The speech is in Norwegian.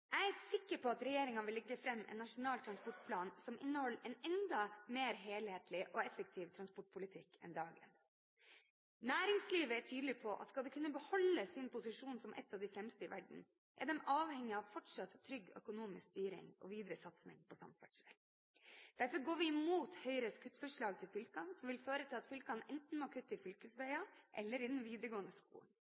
Jeg er sikker på at regjeringen vil legge fram en nasjonal transportplan som inneholder en enda mer helhetlig og effektiv transportpolitikk enn dagens. Næringslivet er tydelig på at skal det kunne beholde sin posisjon som et av de fremste i verden, er de avhengig av fortsatt trygg økonomisk styring og videre satsing på samferdsel. Derfor går vi imot Høyres kuttforslag til fylkene, som vil føre til at fylkene enten må kutte i fylkesvegene, eller i den videregående skolen.